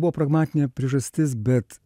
buvo pragmatinė priežastis bet